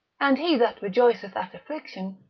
and he that rejoiceth at affliction,